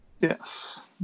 Yes